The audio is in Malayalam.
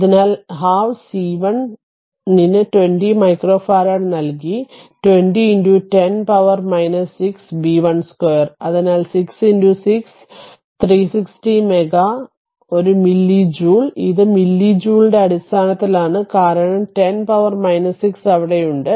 അതിനാൽ 12 സി 1 ന് 20 മൈക്രോ ഫാരഡ് നൽകി അതിനാൽ 20 10 പവർ 6 ബി 2 അതിനാൽ 6 6 അതിനാൽ 360 മെഗ് ഒരു മില്ലി ജൂൾ ഇത് മില്ലി ജൂളിന്റെ അടിസ്ഥാനത്തിലാണ് കാരണം10പവർ 6 അവിടെയുണ്ട്